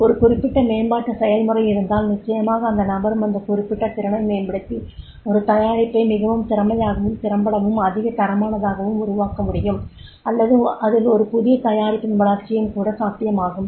ஒரு குறிப்பிட்ட மேம்பாட்டு செயல்முறை இருந்தால் நிச்சயமாக அந்த நபரும் அந்த குறிப்பிட்ட திறனை மேம்படுத்தி ஒரு தயாரிப்பை மிகவும் திறமையாகவும் திறம்படவும் அதிக தரமானதாகவும் உருவாக்க முடியும் அல்லது அதில் ஒரு புதிய தயாரிப்பின் வளர்ச்சியும் கூட சாத்தியமாகும்